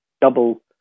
double